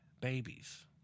babies